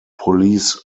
police